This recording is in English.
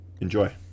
Enjoy